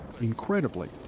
Incredibly